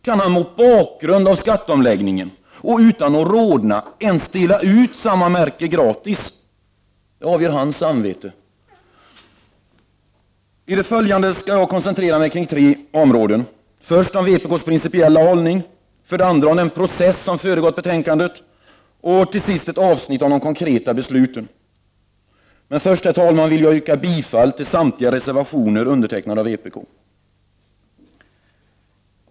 Kan han verkligen mot bakgrund av skatteomläggningen och utan att rodna ens dela ut samma märke gratis? Det får hans samvete avgöra. I det följande skall jag koncentrera mig på tre områden. För det första gäller det vpk:s principiella hållning. För det andra handlar det om den process som har föregått betänkandet. För det tredje gäller det ett avsnitt om de konkreta besluten. Men först och främst, herr talman, yrkar jag bifall till samtliga reservationer som är undertecknade av vpk.